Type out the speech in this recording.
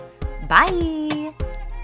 bye